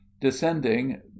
descending